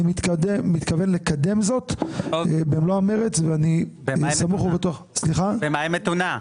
אני מתכוון לקדם זאת במלוא המרץ ואני סמוך ובטוח --- אני